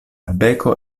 beko